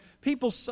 people